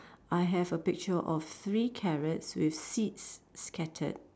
I have a picture of three carrots with seeds scattered